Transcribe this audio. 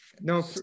No